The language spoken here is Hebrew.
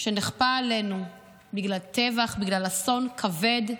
שנכפה עלינו בגלל טבח, בגלל אסון כבד,